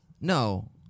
No